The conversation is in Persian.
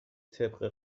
طبق